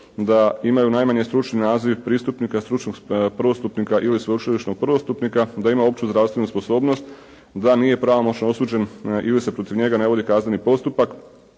da imaju najmanje stručni naziv pristupnika, stručnog prvostupnika ili sveučilišnog prvostupnika, da ima opću zdravstvu sposobnost, da nije pravomoćno osuđen ili se protiv njega ne vodi kazneni postupak,